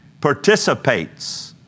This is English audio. participates